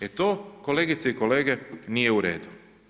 E to, kolegice i kolege nije u redu.